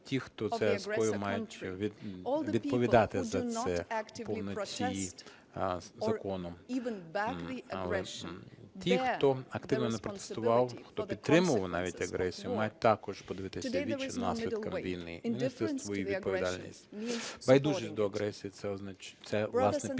ті, хто це скоїв, мають відповідати за це у повноті закону. Ті, хто активно не протестував, хто підтримував навіть агресію, мають також подивитися у вічі наслідкам війни і нести свою відповідальність. Байдужість до агресії – це, власне, підтримка